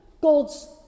god's